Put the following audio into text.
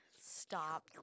Stop